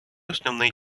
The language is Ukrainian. основний